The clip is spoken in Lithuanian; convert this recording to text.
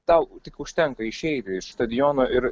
tau tik užtenka išeiti iš stadiono ir